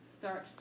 start